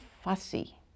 fussy